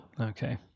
okay